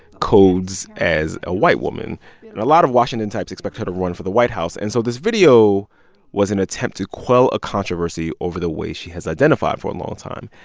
codes as a white woman. and a lot of washington types expect her to run for the white house, and so this video was an attempt to quell a controversy over the way she has identified for a long time,